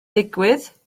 digwydd